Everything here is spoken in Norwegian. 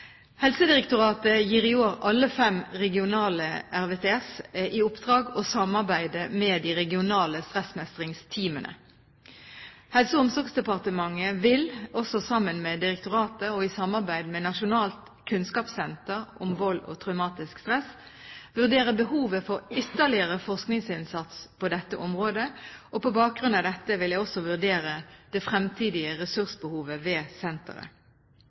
Helsedirektoratet gir i år alle fem RVTS-ene i oppdrag å samarbeide med de regionale stressmestringsteamene. Helse- og omsorgsdepartementet vil også, i samarbeid med direktoratet og i samarbeid med Nasjonalt kunnskapssenter om vold og traumatisk stress, vurdere behovet for ytterligere forskningsinnsats på dette området. På bakgrunn av dette vil jeg også vurdere det fremtidige ressursbehovet ved senteret.